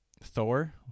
Thor